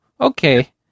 okay